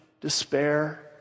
despair